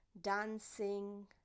dancing